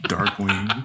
Darkwing